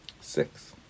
Six